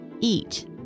eat